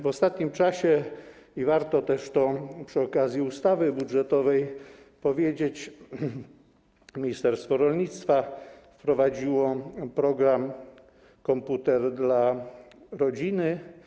W ostatnim czasie - i warto też to przy okazji ustawy budżetowej powiedzieć - ministerstwo rolnictwa wprowadziło program: komputer dla rodziny.